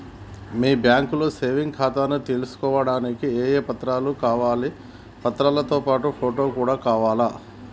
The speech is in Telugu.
మీ బ్యాంకులో సేవింగ్ ఖాతాను తీసుకోవడానికి ఏ ఏ పత్రాలు కావాలి పత్రాలతో పాటు ఫోటో కూడా కావాలా?